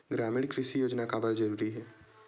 ग्रामीण कृषि योजना काबर जरूरी हे?